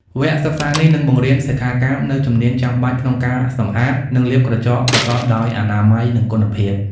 វគ្គសិក្សានេះនឹងបង្រៀនសិក្ខាកាមនូវជំនាញចាំបាច់ក្នុងការសម្អាត និងលាបក្រចកប្រកបដោយអនាម័យ និងគុណភាព។